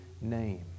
Name